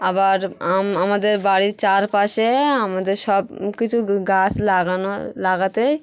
আবার আমাদের বাড়ির চারপাশে আমাদের সব কিছু গাছ লাগানো লাগাতে